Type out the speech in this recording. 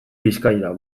bizkaira